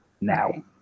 Now